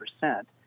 percent